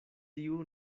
tiu